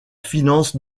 finance